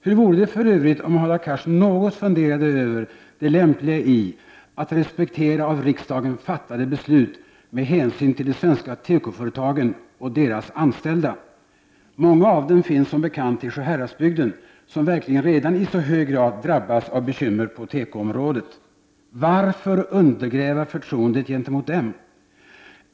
Hur vore det för övrigt om Hadar Cars funderade något över det lämpliga i att respektera av riksdagen fattade beslut med hänsyn till de svenska tekoföretagen och deras anställda? Många av dem finns som bekant i Sjuhäradsbygden, som redan i hög grad drabbats av bekymmer på tekoområdet. Varför undergräva förtroendet gentemot dem?